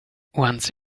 once